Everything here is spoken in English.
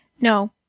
No